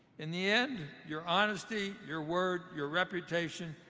in the end, your honesty, your word, your reputation,